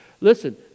Listen